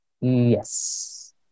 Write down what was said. yes